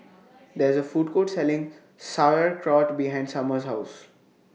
There IS A Food Court Selling Sauerkraut behind Summer's House